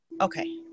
Okay